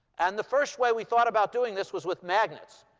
and the first way we thought about doing this was with magnets.